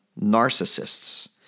narcissists